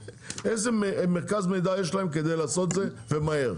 איזה מרכז מידע יש להם כדי לעשות את זה ומהר.